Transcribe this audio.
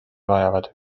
vajavad